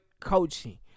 coaching